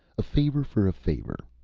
a favor for a favor.